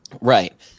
Right